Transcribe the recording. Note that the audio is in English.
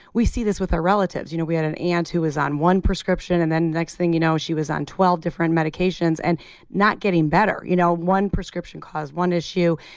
we see this with our relatives. you know we had an aunt who was on one prescription and then next thing you know, she was on twelve different medications and not getting better you know one prescription caused one issue.